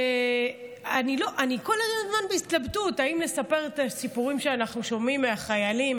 אני כל הזמן בהתלבטות אם לספר את הסיפורים שאנחנו שומעים מהחיילים,